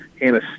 Hannah